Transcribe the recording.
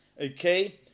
okay